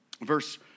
Verse